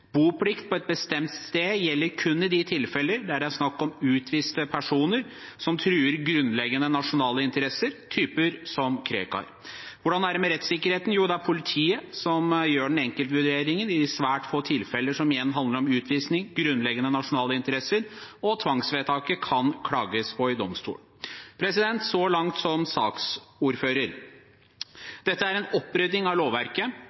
Boplikt på et bestemt sted gjelder kun i de tilfeller der det er snakk om utviste personer som truer grunnleggende nasjonale interesser – typer som Krekar. Hvordan er det med rettssikkerheten? Det er politiet som foretar den enkeltvurderingen i de svært få tilfeller som igjen handler om utvisning, grunnleggende nasjonale interesser, og tvangsvedtaket kan klages på til domstolen. – Så langt som saksordfører. Dette er en opprydding i lovverket.